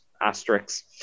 asterisks